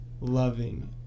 loving